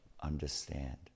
understand